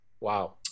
Wow